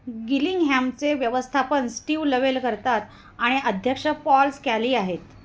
गिलिंगहॅमचे व्यवस्थापन Steve Lovell करतात आणि अध्यक्ष पॉल स्कॅली आहेत